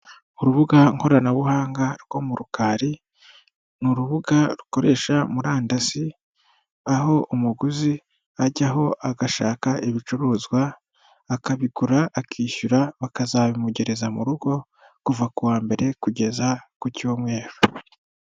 Urubuga koranabuhanga rwo mu rukari, ni urubuga rukoresha murandasi, aho umuguzi ajyaho agashaka ibicuruzwa akabikora akishyura bakazabimugezareza mu rugo kuva ku wa mbere kugeza kucyumweru.